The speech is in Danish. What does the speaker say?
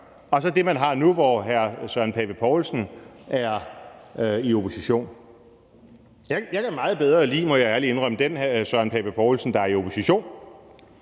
og så det, man har nu, hvor hr. Søren Pape Poulsen er i opposition. Jeg kan meget bedre lide, må jeg ærligt indrømme, den hr. Søren Pape Poulsen, der er i opposition.